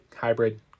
hybrid